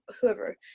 whoever